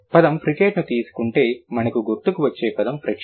పదం fricateని తీసుకుంటే మనకు గుర్తుకు వచ్చే పదం ఫ్రిక్షన్